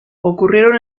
ocurrieron